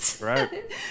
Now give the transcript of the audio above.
Right